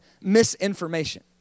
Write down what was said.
misinformation